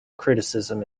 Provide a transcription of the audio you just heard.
criticism